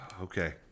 Okay